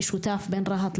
משותף בין רהט,